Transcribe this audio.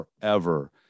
forever